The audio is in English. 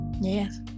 Yes